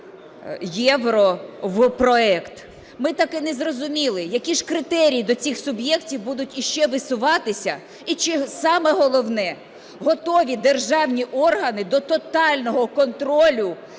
в проект. Ми так і не зрозуміли, які ж критерії до цих суб'єктів будуть ще висуватися, і чи, саме головне, готові державні органи до тотального контролю